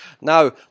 Now